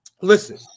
listen